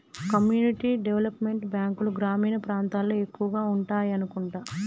community development బ్యాంకులు గ్రామీణ ప్రాంతాల్లో ఎక్కువగా ఉండాయనుకుంటా